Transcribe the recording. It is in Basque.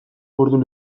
ordu